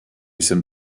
jsem